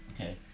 okay